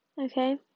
Okay